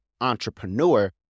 entrepreneur